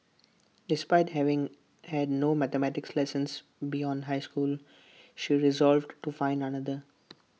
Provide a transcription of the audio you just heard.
despite having had no mathematics lessons beyond high school she resolved to find another